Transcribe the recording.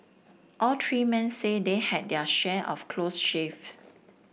all three men say they had their share of close shaves